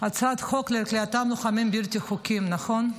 הצעת חוק כליאתם של לוחמים בלתי חוקיים, נכון?